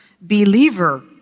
believer